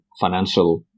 financial